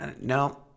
no